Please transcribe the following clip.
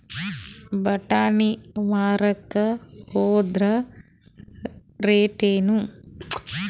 ಬಟಾನಿ ಮಾರಾಕ್ ಹೋದರ ರೇಟೇನು?